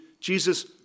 Jesus